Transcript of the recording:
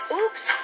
Oops